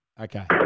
Okay